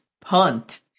punt